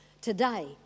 today